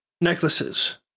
necklaces